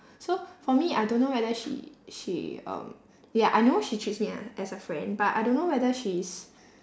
so for me I don't know whether she she um ya I know she treats me ah as a friend but I don't know whether she is